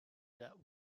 that